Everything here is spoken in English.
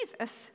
Jesus